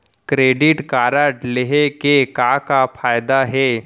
Credit card लेहे के का का फायदा हे?